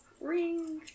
Ring